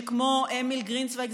שכמו אמיל גרינצווייג,